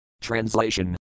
Translation